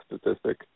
statistic